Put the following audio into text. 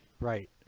Right